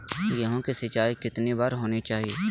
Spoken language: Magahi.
गेहु की सिंचाई कितनी बार होनी चाहिए?